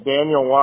Daniel